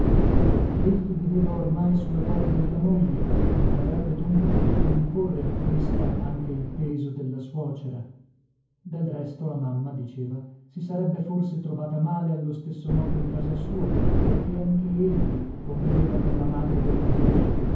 egli viveva ormai su la dote della moglie e non avrebbe dunque potuto imporre a questa anche il peso della suocera del resto la mamma diceva si sarebbe forse trovata male allo stesso modo in casa sua perché anche egli conviveva con la madre della moglie